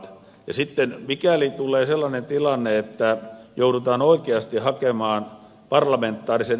ja sitten mikäli tulee sellainen tilanne että joudutaan oikeasti hakemaan parlamentaarisen